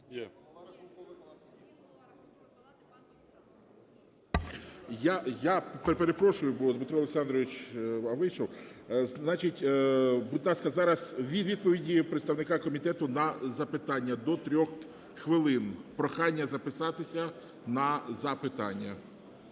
Я перепрошую, бо Дмитро Олександрович вийшов. Будь ласка, зараз відповіді представника комітету на запитання – до 3 хвилин. Прохання записатися на запитання.